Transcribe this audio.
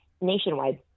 nationwide